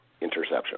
interception